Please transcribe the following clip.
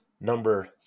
number